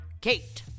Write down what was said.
Kate